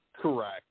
Correct